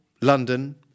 London